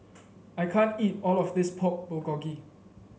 I can't eat all of this Pork Bulgogi